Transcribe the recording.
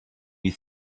you